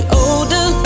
older